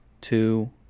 two